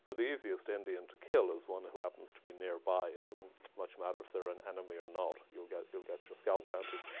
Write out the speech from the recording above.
ah the easiest indian to kill is one who happens to be nearby. it doesn't much matter if they're an enemy or not. you'll get you'll get your scalp bounty.